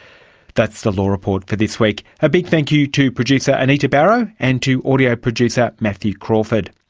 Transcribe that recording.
that's the law report for this week. a big thank you to producer anita barraud, and to audio producer matthew crawford.